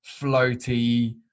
floaty